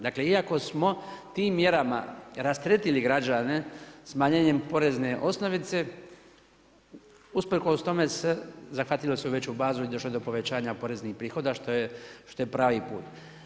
Dakle, iako smo tim mjerama rasteretili građane smanjenjem porezne osnovice usprkos tome se zahvatilo u sve veću bazu i došlo je do povećanja poreznih prihoda što je pravi put.